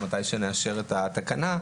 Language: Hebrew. מתי שנאשר את התקנה,